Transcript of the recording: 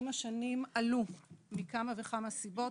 עם השנים עלו מכמה וכמה סיבות,